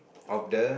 of the